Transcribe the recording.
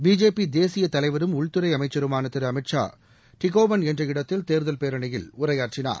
BJP தேசிய தலைவரும் உள்துறை அமைச்சருமான திரு அமித்ஷா டகோவன் என்ற இடத்தின் தேர்தல் பேரணியில் உரையாற்றினார்